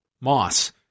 Moss